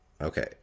Okay